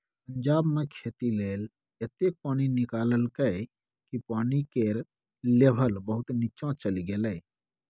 पंजाब मे खेती लेल एतेक पानि निकाललकै कि पानि केर लेभल बहुत नीच्चाँ चलि गेलै